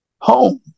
home